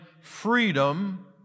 freedom